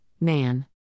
man